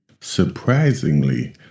surprisingly